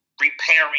repairing